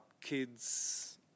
kids